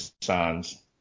signs